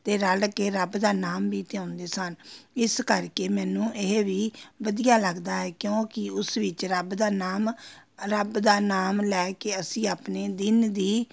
ਅਤੇ ਰਲ ਕੇ ਰੱਬ ਦਾ ਨਾਮ ਵੀ ਧਿਆਉਂਦੇ ਸਨ ਇਸ ਕਰਕੇ ਮੈਨੂੰ ਇਹ ਵੀ ਵਧੀਆ ਲੱਗਦਾ ਹੈ ਕਿਉਂਕਿ ਉਸ ਵਿੱਚ ਰੱਬ ਦਾ ਨਾਮ ਰੱਬ ਦਾ ਨਾਮ ਲੈ ਕੇ ਅਸੀਂ ਆਪਣੇ ਦਿਨ ਦੀ